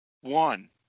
One